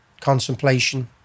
contemplation